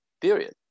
Period